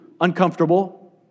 uncomfortable